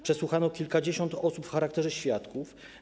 Przesłuchano kilkadziesiąt osób w charakterze świadków.